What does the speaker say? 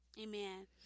Amen